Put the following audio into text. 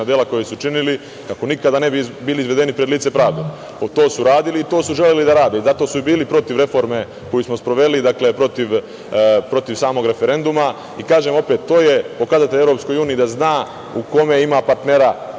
dela koja su činili, kako nikada ne bi bili izvedeni pred lice pravde. To su radili i to su želeli da rade. Zato su i bili protiv reforme koju smo sproveli, protiv samog referenduma. Kažem opet da je to pokazatelj EU da zna u kome ima partnera